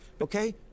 Okay